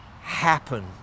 happen